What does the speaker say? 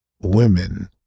Women